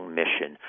mission